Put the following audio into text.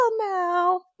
now